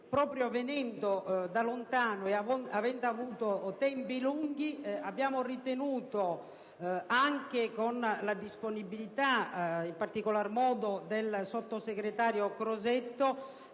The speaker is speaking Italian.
proprio perché viene da lontano e perché ha avuto tempi lunghi, abbiamo ritenuto, anche con la disponibilità in particolar modo del sottosegretario Crosetto,